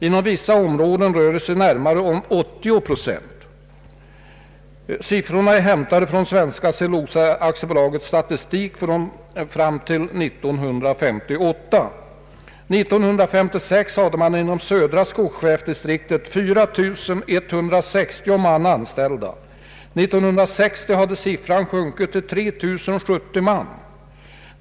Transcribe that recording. Inom vissa områden rör det sig om närmare 80 procent. Siffrorna är hämtade från Svenska cellulosa AB:s statistik fram till 1968. år 1956 fanns inom södra skogschefsdistriktet 4160 man anställda. 1960 hade siffran sjunkit till 3 070 man.